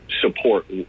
support